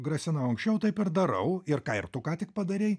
grasinau anksčiau taip ir darau ir ką ir tu ką tik padarei